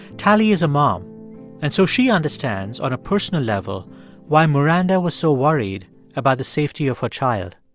tali is a mom and so she understands on a personal level why maranda was so worried about the safety of her child.